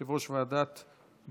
יושבת-ראש ועדת הבריאות.